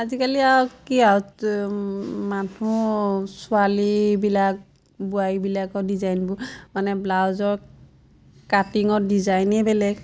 আজিকালি আও কি আও মানুহ ছোৱালীবিলাক বোৱাৰীবিলাকৰ ডিজাইনবোৰ মানে ব্লাউজৰ কাটিঙৰ ডিজাইনেই বেলেগ